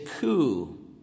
coup